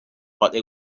but